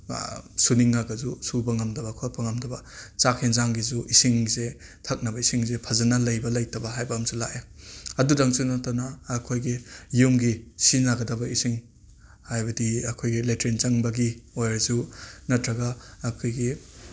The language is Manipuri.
ꯁꯨꯅꯤꯡꯉꯒꯁꯨ ꯁꯨꯕ ꯉꯝꯗꯕ ꯈꯣꯠꯄ ꯉꯝꯗꯕ ꯆꯥꯛ ꯑꯦꯟꯁꯥꯡꯡꯒꯤꯁꯨ ꯏꯁꯤꯡꯁꯦ ꯊꯛꯅꯕ ꯏꯁꯤꯡꯁꯦ ꯐꯖꯅ ꯂꯩꯕ ꯂꯩꯇꯕ ꯍꯥꯏꯕ ꯑꯃꯁꯨ ꯂꯥꯛꯑꯦ ꯑꯗꯨꯗꯪꯁꯨ ꯅꯠꯇꯅ ꯑꯩꯈꯣꯏꯒꯤ ꯌꯨꯝꯒꯤ ꯁꯤꯖꯤꯟꯅꯒꯗꯕ ꯏꯁꯤꯡ ꯍꯥꯏꯕꯗꯤ ꯑꯩꯈꯣꯏꯒꯤ ꯂꯦꯇ꯭ꯔꯤꯟ ꯆꯪꯕꯒꯤ ꯑꯣꯏꯔꯁꯨ ꯅꯠꯇ꯭ꯔꯒ ꯑꯩꯈꯣꯏꯒꯤ